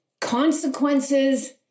consequences